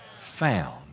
found